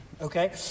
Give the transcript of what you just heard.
Okay